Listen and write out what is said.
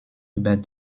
über